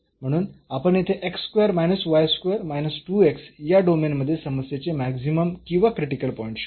म्हणून आपण येथे या डोमेन मध्ये समस्येचे मॅक्सिमम किंवा क्रिटिकल पॉईंट्स शोधू